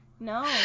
No